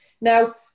Now